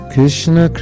Krishna